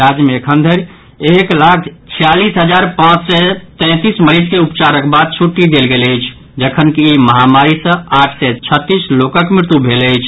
राज्य मे एखन धरि एक लाख छियालीस हजार पांच सय तैंतीस मरीज के उपचारक बाद छुट्टी देल गेल अछि जखनकि ई महामारी सँ आठ सय छत्तीस लोकक मृत्यु भेल अछि